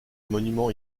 monument